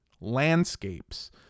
landscapes